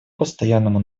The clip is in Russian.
постоянному